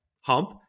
hump